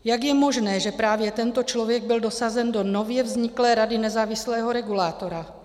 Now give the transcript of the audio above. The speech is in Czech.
Jak je možné, že právě tento člověk byl dosazen do nově vzniklé rady nezávislého regulátora?